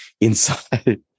inside